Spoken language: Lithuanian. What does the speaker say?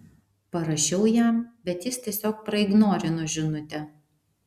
parašiau jam bet jis tiesiog praignorino žinutę